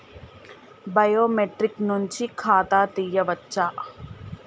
Biometric నుంచి ఖాతా తీయచ్చా?